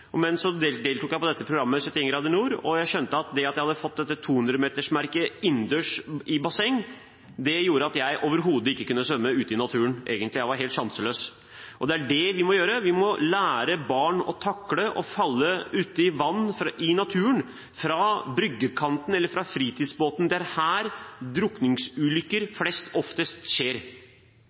men så deltok jeg i programmet «71° nord», og jeg skjønte at det at jeg hadde fått 200-metersmerket innendørs, i basseng, gjorde at jeg overhodet ikke kunne svømme ute i naturen, egentlig – jeg var helt sjanseløs. Det vi må gjøre, er å lære barn å takle å falle ut i vannet i naturen, fra bryggekanten eller fra fritidsbåten. Det er her drukningsulykker oftest skjer.